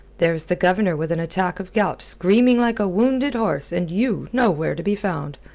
there's the governor with an attack of gout, screaming like a wounded horse, and you nowhere to be found.